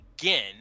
again